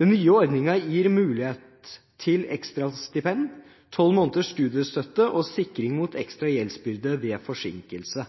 Den nye ordningen gir mulighet til ekstrastipend, tolv måneders studiestøtte og sikring mot ekstra gjeldsbyrde ved forsinkelse.